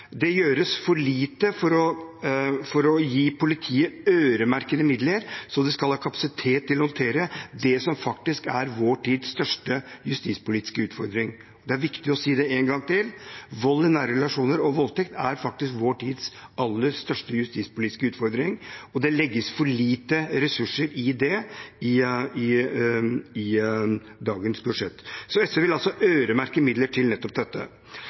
Det gjøres for lite for å gi politiet øremerkede midler så de skal ha kapasitet til å håndtere det som faktisk er vår tids største justispolitiske utfordring. Det er viktig å si det en gang til: Vold i nære relasjoner og voldtekt er faktisk vår tids aller største justispolitiske utfordring. Det legges for lite ressurser til det i dagens budsjett, så SV vil altså øremerke midler til nettopp dette.